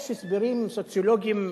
יש הסברים סוציולוגיים,